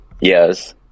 Yes